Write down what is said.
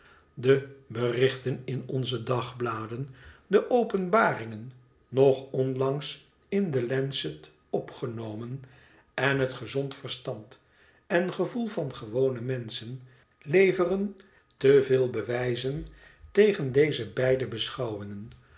de berichten in onze dagbladen de openbaringen nog onlangs in the lancet opgenomen en het gezond verstand en gevoel van gewone menschen leveren te veel bewijzen tegen deze beide beschouwingen